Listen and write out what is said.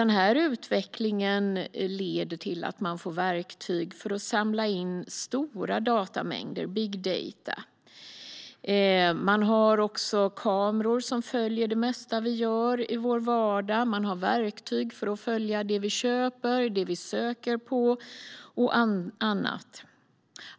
Utvecklingen leder till att man får verktyg för att samla in stora datamängder, big data. Man har också kameror som följer det mesta vi gör i vår vardag, och man har verktyg för att följa det vi köper, det vi söker på och annat.